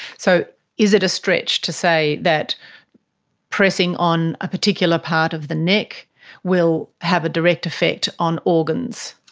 so is it a stretch to say that pressing on a particular part of the neck will have a direct effect on organs?